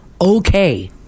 okay